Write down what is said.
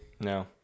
no